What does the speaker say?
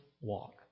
walk